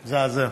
מזעזע.